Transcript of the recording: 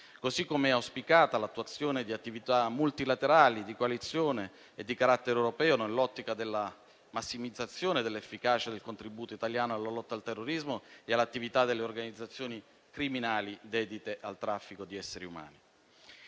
così come è auspicata l'azione di attività multilaterali di coalizione e di carattere europeo nell'ottica della massimizzazione dell'efficacia del contributo italiano alla lotta al terrorismo e all'attività delle organizzazioni criminali dedite al traffico di esseri umani.